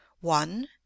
one